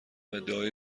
ادعای